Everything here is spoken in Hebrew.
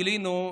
גילינו,